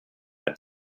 had